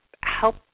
help